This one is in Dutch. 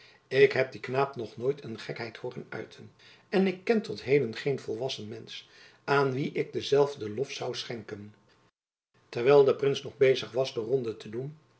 ik heb dien knaap nog nooit een gekheid hooren uiten en ik ken tot heden geen volwassen mensch aan wien ik denzelfden lof zoû schenken terwijl de prins nog bezig was de ronde te doen